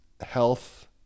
Health